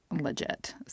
legit